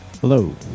hello